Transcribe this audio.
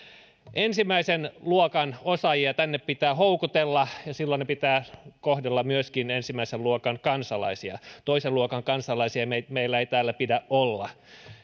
ensimmäisen luokan osaajia tänne pitää houkutella ja silloin heitä pitää kohdella myöskin ensimmäisen luokan kansalaisina toisen luokan kansalaisia meillä ei täällä pidä olla